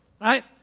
right